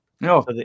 no